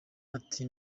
ati